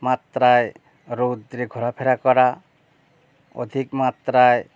মাত্রায় রৌদ্রে ঘোরাফেরা করা অধিক মাত্রায়